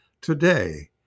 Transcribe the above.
today